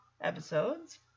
episodes